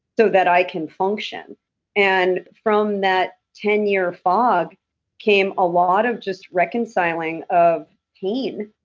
so that i can function and from that ten year fog came a lot of just reconciling of pain.